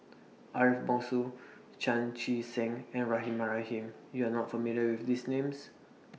Ariff Bongso Chan Chee Seng and Rahimah Rahim YOU Are not familiar with These Names